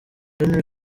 henry